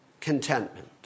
contentment